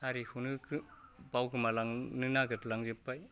हारिखौनो बावगोमालांनो नागिरलांजोब्बाय